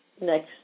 next